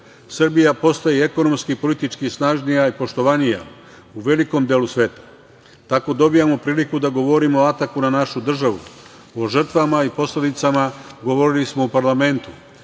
Srbija postaje ekonomski i politički snažnija, poštovanija u velikom delu svetu. Tako dobijamo priliku da govorimo o ataku na našu državu, o žrtvama i posledicama govorili smo u parlamentu